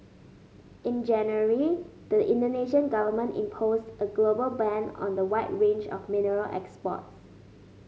in January the Indonesian Government imposed a global ban on the wide range of mineral exports